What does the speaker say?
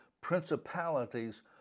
Principalities